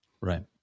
Right